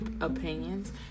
opinions